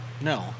no